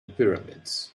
pyramids